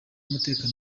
y’umutekano